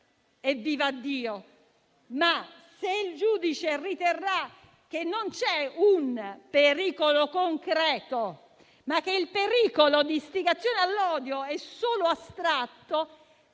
- vivaddio - ma se il giudice riterrà che non c'è un pericolo concreto, ma che il pericolo di istigazione all'odio è solo astratto,